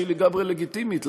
שהיא לגמרי לגיטימית,